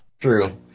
True